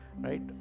Right